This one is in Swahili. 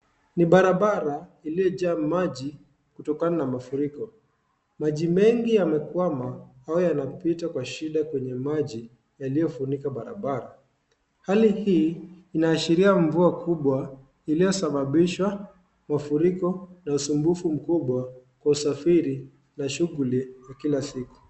Ni barabara iliyojaa maji kutokana na mafuriko. Maji mengi yamekwama au yanapita kwa shida kwenye maji yaliyofunika barabara. Hali hii inaashiria mvua kubwa iliyosababisha mafuriko na usumbufu mkubwa kwa usafiri na shughuli za kila siku.